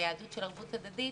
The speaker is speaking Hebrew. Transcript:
ליהדות של ערבות הדדית,